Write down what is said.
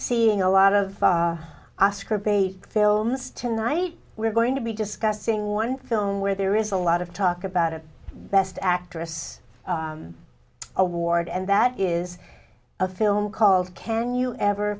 seeing a lot of oscar bait films tonight we're going to be discussing one film where there is a lot of talk about a best actress award and that is a film called can you ever